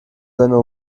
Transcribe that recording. seine